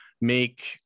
make